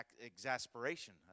exasperation